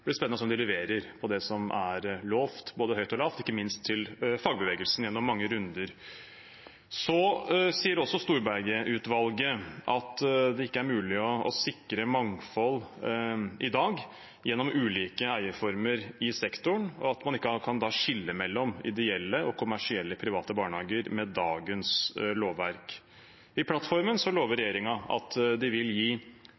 blir spennende å se om den leverer på det som er lovet både høyt og lavt, ikke minst til fagbevegelsen gjennom mange runder. Så sier også Storberget-utvalget at det ikke er mulig å sikre mangfold i dag gjennom ulike eierformer i sektoren, og at man ikke kan skille mellom ideelle og kommersielle private barnehager med dagens lovverk. I plattformen lover